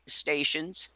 stations